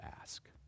ask